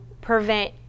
prevent